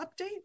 update